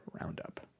Roundup